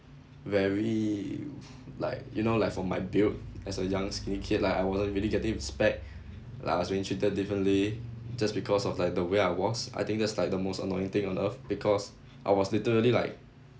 very like you know like for my build as a young skinny kid like I wasn't really getting respect like I was being treated differently just because of like the way I was I think that's like the most annoying thing on earth because I was literally like